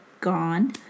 gone